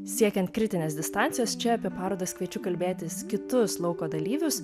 siekiant kritinės distancijos čia apie parodas kviečiu kalbėtis kitus lauko dalyvius